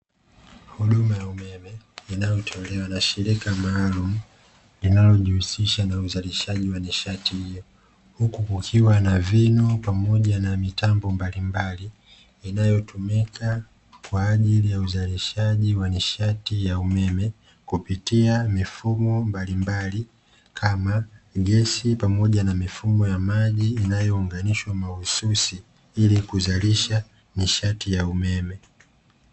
Huduma ya umeme inayotolewa na shirika maalumu linalojihusisha na uzalishaji wa nishati hiyo, huku kukiwa na vinu pamoja na mitambo mbalimbali inayotumika kwa ajili ya uzalishaji wa nishati ya umeme, kupitia mifumo mbalimbali kama gesi pamoja na mifumo ya maji inayounganishwa mahususi ili kuzalisha nishati ya umeme.